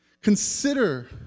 Consider